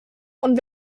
und